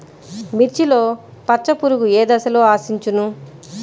మిర్చిలో పచ్చ పురుగు ఏ దశలో ఆశించును?